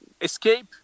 escape